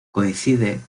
coincide